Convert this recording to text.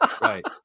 Right